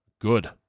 Good